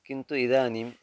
किन्तु इदानीं